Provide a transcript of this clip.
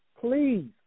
please